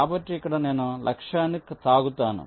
కాబట్టి ఇక్కడ నేను లక్ష్యాన్ని తాకుతాను